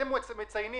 אתם מציינים